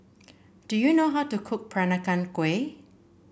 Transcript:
do you know how to cook Peranakan Kueh